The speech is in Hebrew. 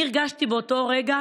אני הרגשתי באותו רגע